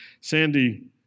Sandy